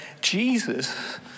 Jesus